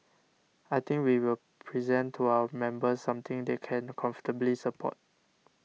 I think we will present to our members something they can comfortably support